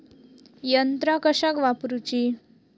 यंत्रा कशाक वापुरूची?